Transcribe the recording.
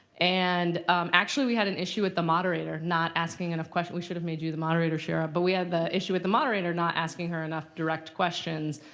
and actually we had an issue with the moderator not asking enough questions. we should have made you the moderator, shira. but we had the issue with the moderator not asking her enough direct questions.